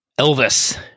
Elvis